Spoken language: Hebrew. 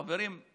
חברים,